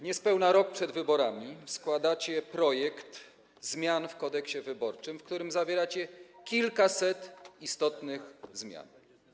Niespełna rok przed wyborami składacie projekt zmian w Kodeksie wyborczym, w którym zawieracie kilkaset istotnych propozycji.